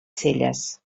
celles